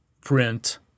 print